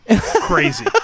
Crazy